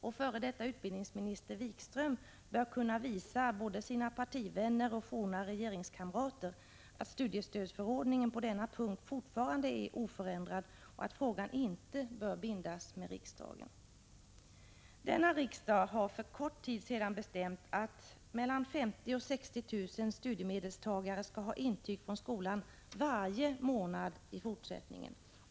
Och f.d. utbildningsminister Wikström bör kunna visa både sina partivänner och forna regeringskamrater att studiestödsförordningen på denna punkt fortfarande är oförändrad och att frågan inte bör bindas till riksdagen. Denna riksdag har för kort tid sedan bestämt att mellan 50 000 och 60 000 studiemedelstagare skall ha intyg från skolan varje månad i fortsättningen.